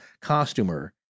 costumer